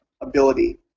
ability